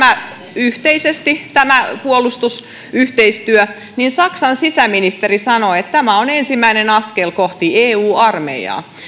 yhteisesti tämä puolustusyhteistyö niin saksan sisäministeri sanoi että tämä on ensimmäinen askel kohti eu armeijaa